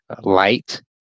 light